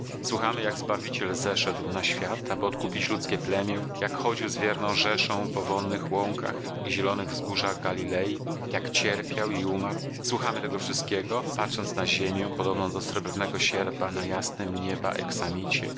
słuchamy jak zbawiciel zeszedł na świat aby odkupić ludzkie plemię jak chodził z wierną rzeszą po wonnych łąkach i zielonych wzgórzach galilei jak cierpiał i umarł słuchamy tego wszystkiego patrząc na ziemię podobną do srebrnego sierpa na jasnym nieba